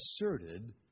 asserted